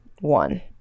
one